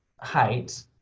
height